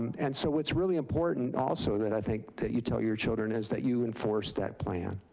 and so what's really important also that i think that you tell your children is that you enforced that plan.